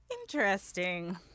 interesting